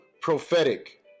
prophetic